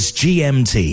gmt